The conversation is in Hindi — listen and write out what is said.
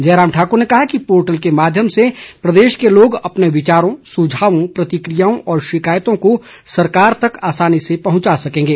जयराम ठाक्र ने कहा कि पोर्टल के माध्यम से प्रदेश के लोग अपने विचारों सुझावों प्रतिकियाओं और शिकायतों को सरकार तक आसानी से पहुंचा सकेंगे